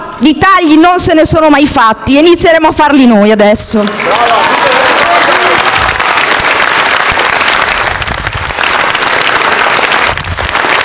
i tagli non sono mai stati fatti, e inizieremo a farli noi adesso.